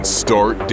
start